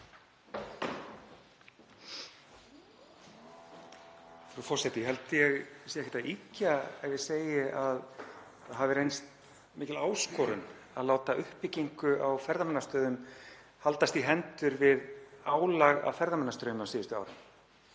Frú forseti. Ég held að ég sé ekkert að ýkja þegar ég segi að það hafi reynst mikil áskorun að láta uppbyggingu á ferðamannastöðum haldast í hendur við álag af ferðamannastraumi á síðustu árum.